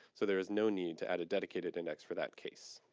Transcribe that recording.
so there is no need to add a dedicated index for that case.